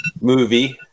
Movie